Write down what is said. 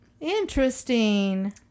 Interesting